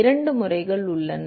2 முறைகள் உள்ளன